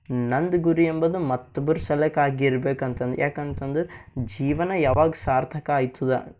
ನಂದು ಗುರಿ ಎಂಬುದು ಮತ್ತೊಬ್ಬರ ಸಲಕ ಆಗಿರಬೇಕು ಅಂತಂದು ಯಾಕಂತಂದರೆ ಜೀವನ ಯಾವಾಗ ಸಾರ್ಥಕ ಆಯ್ತದ